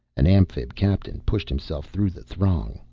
an amphib captain pushed himself through the throng,